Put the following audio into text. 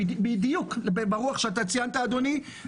אדוני.